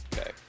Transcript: Okay